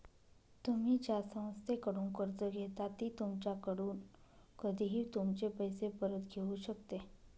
तुम्ही ज्या संस्थेकडून कर्ज घेता ती तुमच्याकडून कधीही तुमचे पैसे परत घेऊ शकते